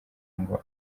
ngo